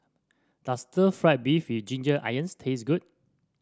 does stir fry beef with Ginger Onions taste good